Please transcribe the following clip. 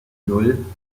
nan